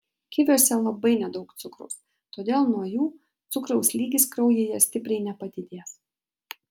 kiviuose labai nedaug cukraus todėl nuo jų cukraus lygis kraujyje stipriai nepadidės